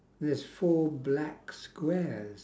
there's four black squares